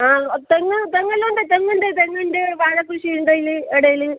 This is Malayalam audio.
ആ തെങ്ങ് തെങ്ങെല്ലാമുണ്ട് തെങ്ങുണ്ട് തെങ്ങുണ്ട് വാഴ കൃഷിയുണ്ട് അതിൽ ഇടയിൽ